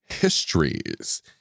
histories